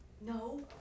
no